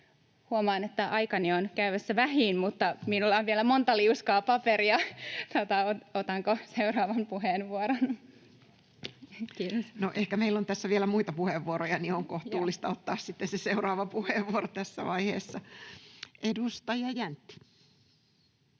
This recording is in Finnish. Huomaan, että aikani on käymässä vähiin, mutta minulla on vielä monta liuskaa paperia. Otanko seuraavan puheenvuoron? — Kiitos. No, ehkä meillä on tässä vielä muita puheenvuoroja, niin että on kohtuullista ottaa sitten se seuraava puheenvuoro tässä vaiheessa. — Edustaja Jäntti.